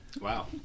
Wow